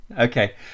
okay